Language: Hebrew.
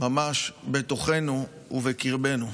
ממש בתוכנו ובקרבנו.